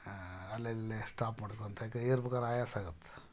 ಅಲ್ಲಲ್ಲೆ stop ಮಾಡ್ಕೊಳ್ತಾ ಕ ಏರಬೇಕಾದ್ರ ಆಯಾಸ ಆಗುತ್ತೆ